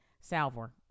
Salvor